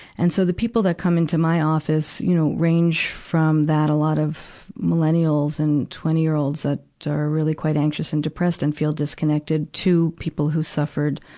and so, the people that come into my office, you know, range from that. a lot of millennials and twenty year olds that are really quite anxious and depressed and feel disconnected to people who suffered,